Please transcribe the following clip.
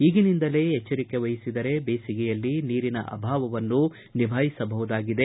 ಈಗಿನಿಂದಲೇ ಎಚ್ಚರಿಕೆ ವಹಿಸಿದರೆ ಬೇಸಿಗೆಯಲ್ಲಿ ನೀರಿನ ಅಭಾವವನ್ನು ನಿಭಾಯಿಸಬಹುದಾಗಿದೆ